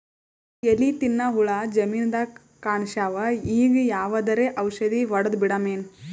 ಎಲಿ ತಿನ್ನ ಹುಳ ಜಮೀನದಾಗ ಕಾಣಸ್ಯಾವ, ಈಗ ಯಾವದರೆ ಔಷಧಿ ಹೋಡದಬಿಡಮೇನ?